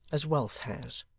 as wealth has.